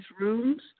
rooms